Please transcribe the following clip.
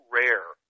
rare